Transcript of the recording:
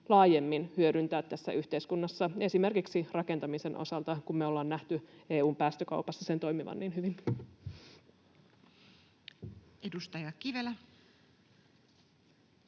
laajemmin hyödyntää tässä yhteiskunnassa, esimerkiksi rakentamisen osalta, kun me ollaan nähty EU:n päästökaupassa sen toimivan niin hyvin. [Speech